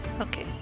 Okay